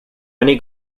many